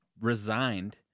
resigned